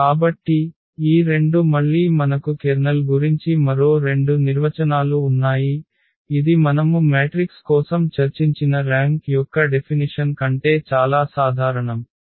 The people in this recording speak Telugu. కాబట్టి ఈ రెండు మళ్ళీ మనకు కెర్నల్ గురించి మరో రెండు నిర్వచనాలు ఉన్నాయి ఇది మనము మ్యాట్రిక్స్ కోసం చర్చించిన ర్యాంక్ యొక్క డెఫినిషన్ కంటే చాలా సాధారణం